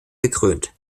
gekrönt